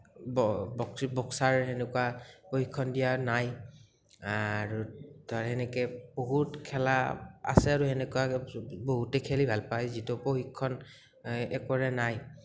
boxer সেনেকুৱা প্ৰশিক্ষণ দিয়া নাই আৰু ধৰ সেনেকা বহুত খেলা আছে আৰু সেনেকুৱা বহুতে খেলি ভাল পায় যিটো প্ৰশিক্ষণ একোৰে নাই